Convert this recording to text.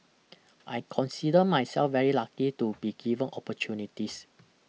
I consider myself very lucky to be given opportunities